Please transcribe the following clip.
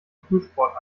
frühsport